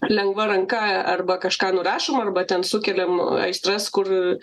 lengva ranka arba kažką nurašom arba ten sukeliam aistras kur